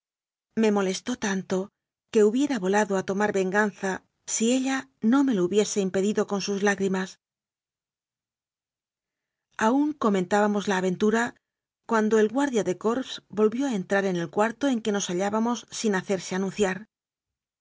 me molestó tanto que hubiera volado a tomar ven ganza si ella no me lo hubiese impedido con sus lágrimas aún comentábamos la aventura cuando el guar dia de corps volvió a entrar en el cuarto en que nos hallábamos sin hacerse anunciar